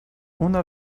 una